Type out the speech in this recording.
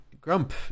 Grump